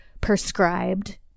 prescribed